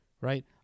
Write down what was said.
right